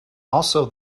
also